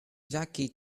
jackie